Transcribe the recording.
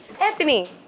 Anthony